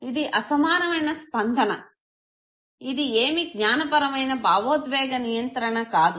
ఇది అసమానమైన స్పందన ఇది ఏమి జ్ఞానపరమైన భావోద్వేగ నియంత్రణ కాదు